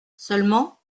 seulement